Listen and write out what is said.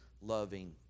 loving